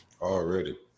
Already